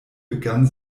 begann